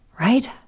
right